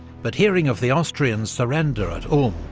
but hearing of the austrian surrender at ulm,